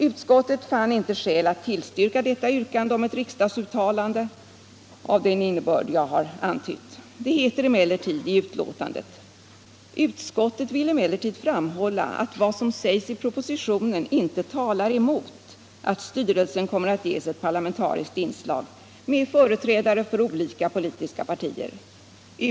Utskottet fann inte skäl att tillstyrka detta yrkande om ett riksdagsuttalande av den innebörd jag har antytt. Det heter dock i betänkandet: ”Utskottet vill emellertid framhålla att vad som sägs i propositionen inte talar emot att styrelsen kommer att ges ett parlamentariskt inslag med företrädare för olika politiska partier.